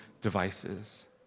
devices